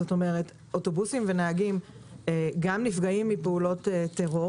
אוטובוסים ונהגים גם נפגעים מפעולות טרור